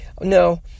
No